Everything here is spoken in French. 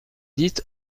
dites